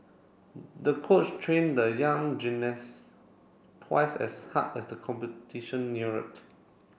the coach trained the young gymnast twice as hard as the competition neared